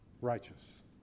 righteous